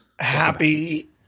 Happy